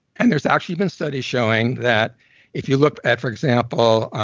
and there's actually been studies showing that if you look at, for example,